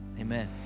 Amen